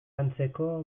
antzeko